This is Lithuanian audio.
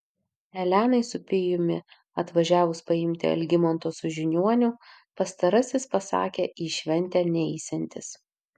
elenai su pijumi atvažiavus paimti algimanto su žiniuoniu pastarasis pasakė į šventę neisiantis